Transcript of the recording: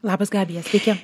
labas gabija sveiki